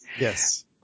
Yes